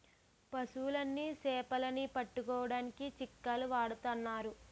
పశువులని సేపలని పట్టుకోడానికి చిక్కాలు వాడతన్నారు